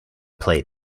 play